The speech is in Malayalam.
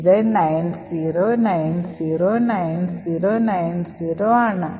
ഇത് 90909090 ആണ്